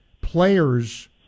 players